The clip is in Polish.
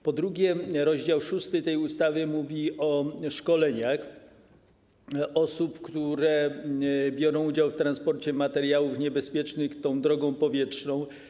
Po drugie, rozdział 6 tej ustawy mówi o szkoleniach osób, które biorą udział w transporcie materiałów niebezpiecznych drogą powietrzną.